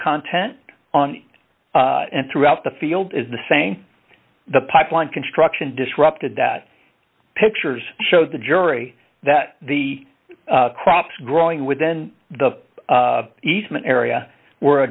content on and throughout the field is the same the pipeline construction disrupted that pictures showed the jury that the crops growing within the easement area were a